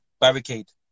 barricade